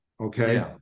okay